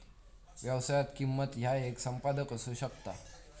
व्यवसायात, किंमत ह्या येक संपादन असू शकता